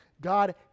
God